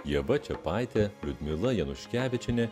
ieva čiapaitė liudmila januškevičienė